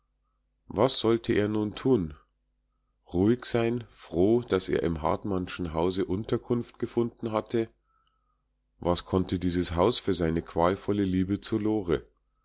was sollte er nun tun ruhig sein froh daß er im hartmannschen hause unterkunft gefunden hatte was konnte dieses haus für seine qualvolle liebe zu lore